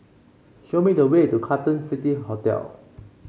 show me the way to Carlton City Hotel